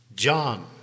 John